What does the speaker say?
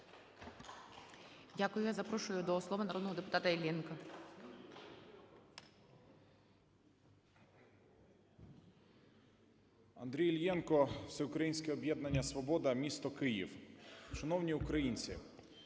Дякую. Я запрошую до слова народного депутата Рудика.